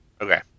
Okay